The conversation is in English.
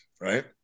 right